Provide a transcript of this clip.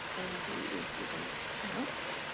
energy is given out,